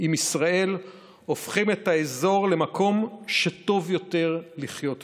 עם ישראל הופכים את האזור למקום שטוב יותר לחיות בו,